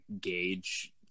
gauge